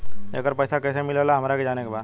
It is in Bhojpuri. येकर पैसा कैसे मिलेला हमरा के जाने के बा?